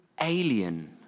alien